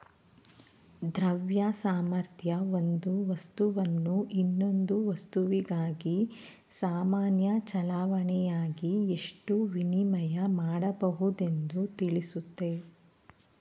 ದ್ರವ್ಯ ಸಾಮರ್ಥ್ಯ ಒಂದು ವಸ್ತುವನ್ನು ಇನ್ನೊಂದು ವಸ್ತುವಿಗಾಗಿ ಸಾಮಾನ್ಯ ಚಲಾವಣೆಯಾಗಿ ಎಷ್ಟು ವಿನಿಮಯ ಮಾಡಬಹುದೆಂದು ತಿಳಿಸುತ್ತೆ